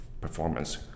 performance